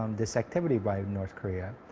um this activity by north korea.